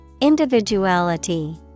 Individuality